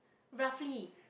roughly